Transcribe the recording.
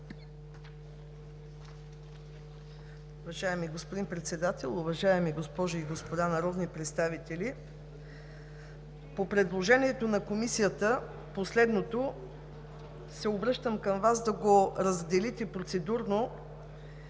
Уважаеми господин Председател, уважаеми госпожи и господа народни представители! По последното предложение на Комисията се обръщам към Вас да го разделите процедурно